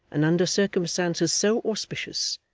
and under circumstances so auspicious,